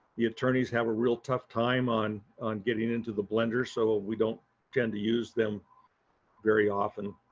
the attorneys have a real tough time on on getting into the blender so ah we don't tend to use them very often.